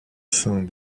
sont